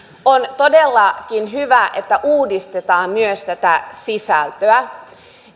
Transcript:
on todellakin hyvä että uudistetaan myös tätä sisältöä